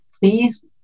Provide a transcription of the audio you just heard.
please